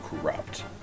corrupt